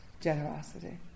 generosity